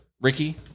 Ricky